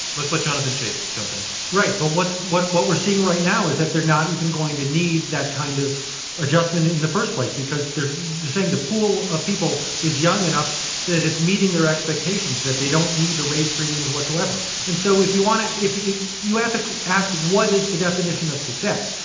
let's let jonathan chait jonathan chait right, but what what we're seeing right now is that they're not even going to need that kind of adjustment in the first place because they're they're saying the pool of people is young enough that it's meeting their expectations, that they don't need to raise premiums, whatsoever. and so if you want to if if you you have to ask, what is the definition of success?